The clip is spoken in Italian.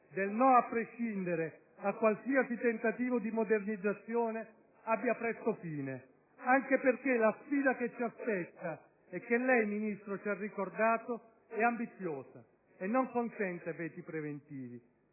del "no" a prescindere a qualsiasi tentativo di modernizzazione, abbia presto fine. Anche perché la sfida che ci aspetta, e che lei, Ministro, ci ha ricordato, è ambiziosa e non consente veti preventivi.